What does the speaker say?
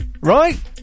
right